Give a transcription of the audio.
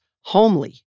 homely